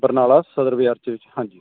ਬਰਨਾਲਾ ਸਦਰ ਬਜਾਰ ਦੇ ਵਿਚ ਹਾਂਜੀ